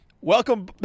Welcome